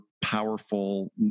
powerful